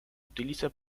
utiliza